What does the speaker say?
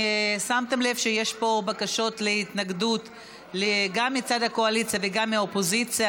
שמתם לב שיש פה בקשות להתנגדות גם מצד הקואליציה וגם מהאופוזיציה.